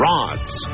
Rod's